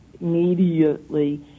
immediately